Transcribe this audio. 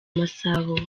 masabo